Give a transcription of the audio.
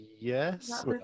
Yes